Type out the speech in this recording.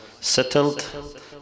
settled